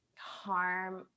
harm